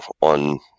on